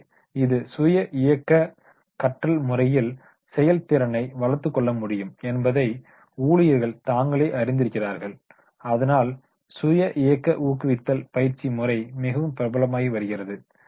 எனவே இது சுய இயக்க கற்றல் முறையில் செயல்திறனை வளர்த்துக் கொள்ள முடியும் என்பதை ஊழியர்கள் தாங்களே அறிந்திருக்கிறார்கள் அதனால் ஸேல்ப் டர்ரேக்டட் மோட்டிவேஷன் பயிற்சி முறை மிகவும் பிரபலமாகி வருகிறது